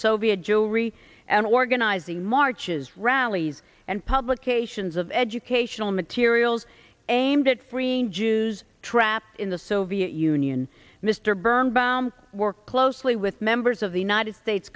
soviet jewry and organizing marches rallies and publications of educational materials aimed at freeing jews trapped in the soviet union mr birnbaum worked closely with members of the united states